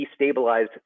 Destabilized